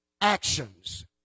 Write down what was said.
actions